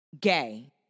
gay